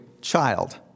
child